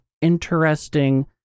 interesting